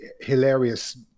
hilarious